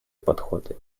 подходы